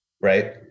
Right